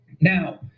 now